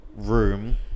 Room